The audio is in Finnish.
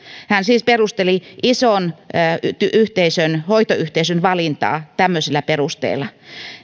hän siis perusteli ison hoitoyhteisön hoitoyhteisön valintaa tämmöisillä perusteilla